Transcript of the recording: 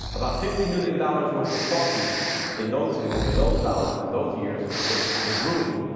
about fifty million dollars worth of coffee in those and in those dollars, in those years, was was ruined,